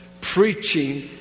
preaching